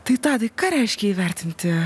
tai tadai ką reiškia įvertinti